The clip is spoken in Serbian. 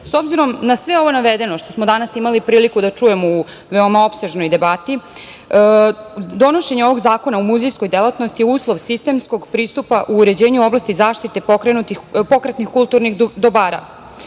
muzeje. Obzirom na sve navedeno što smo danas imali priliku da čujemo u veoma opsežnoj debati, donošenje ovog zakona u muzejskoj delatnosti je uslov sistemskog pristupa u uređenju oblasti zaštite pokretnih kulturnih dobara. Kada